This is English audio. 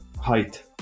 height